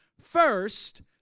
first